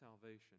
salvation